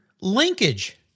Linkage